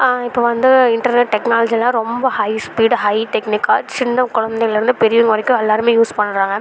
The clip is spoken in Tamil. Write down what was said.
இப்போ வந்து இன்டர்நெட் டெக்னாலஜிலாம் ரொம்ப ஹை ஸ்பீடு ஹை டெக்னிக்காக சின்னக் குழந்தையிலருந்து பெரியவங்க வரைக்கும் எல்லோருமே யூஸ் பண்ணுறாங்க